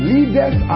Leaders